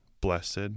blessed